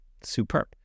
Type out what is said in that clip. superb